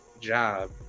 job